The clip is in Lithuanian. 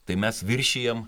tai mes viršijam